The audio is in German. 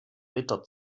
ritter